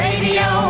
Radio